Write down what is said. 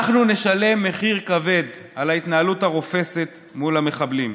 אנחנו נשלם מחיר כבד על ההתנהלות הרופסת מול המחבלים.